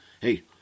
Hey